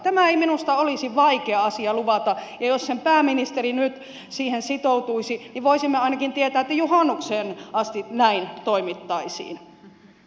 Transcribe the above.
tämä ei minusta olisi vaikea asia luvata ja jos pääministeri nyt siihen sitoutuisi niin voisimme ainakin tietää että juhannukseen asti näin toimittaisiin